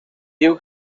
diu